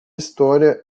história